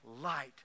light